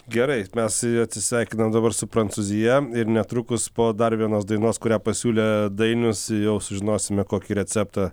gerai mes atsisveikinam dabar su prancūzija ir netrukus po dar vienos dainos kurią pasiūlė dainius jau sužinosime kokį receptą